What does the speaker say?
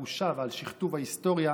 על הבושה ועל שכתוב ההיסטוריה,